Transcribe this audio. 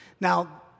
Now